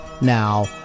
now